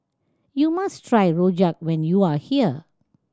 you must try rojak when you are here